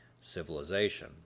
civilization